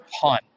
pun